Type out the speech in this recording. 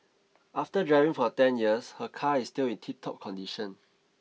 after driving for ten years her car is still in tiptop condition